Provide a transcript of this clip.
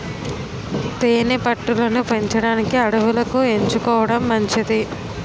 తేనె పట్టు లను పెంచడానికి అడవులను ఎంచుకోవడం మంచిది